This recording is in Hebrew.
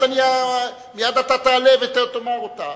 מייד אתה תעלה ותאמר אותה.